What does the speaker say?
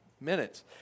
minutes